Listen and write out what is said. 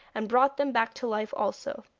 and brought them back to life also.